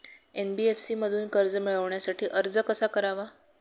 NBFC मधून कर्ज मिळवण्यासाठी अर्ज कसा करावा?